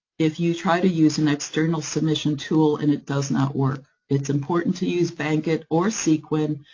if you try to use an external submission tool, and it does not work. it's important to use bankit or sequin,